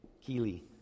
Keely